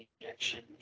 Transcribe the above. injection